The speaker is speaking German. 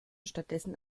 stattdessen